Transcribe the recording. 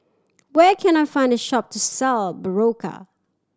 where can I find a shop to sell Berocca